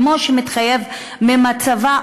כמו שמתחייב ממצבה,